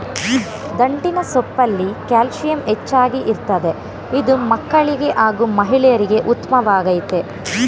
ದಂಟಿನ ಸೊಪ್ಪಲ್ಲಿ ಕ್ಯಾಲ್ಸಿಯಂ ಹೆಚ್ಚಾಗಿ ಇರ್ತದೆ ಇದು ಮಕ್ಕಳಿಗೆ ಹಾಗೂ ಮಹಿಳೆಯರಿಗೆ ಉತ್ಮವಾಗಯ್ತೆ